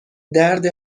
درد